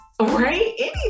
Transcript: right